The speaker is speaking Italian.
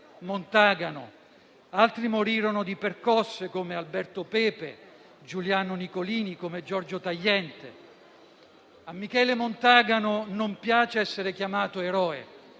Montagano, altri morirono di percosse, come Alberto Pepe, Giuliano Nicolini, Giorgio Tagliente. A Michele Montagano non piace essere chiamato eroe;